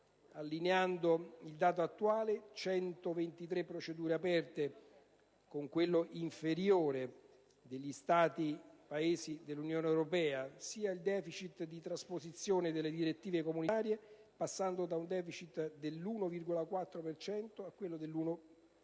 allineando il dato attuale (123 procedure aperte) con quello inferiore degli altri Paesi dell'Unione europea, sia del *deficit* di trasposizione delle direttive comunitarie, passando da un *deficit* dell'1,4 per cento all'1